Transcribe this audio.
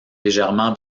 légèrement